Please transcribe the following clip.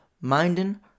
minding